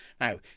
Now